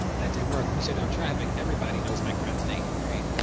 that didn't work. we shut down traffic. everybody knows mike brown's name, right?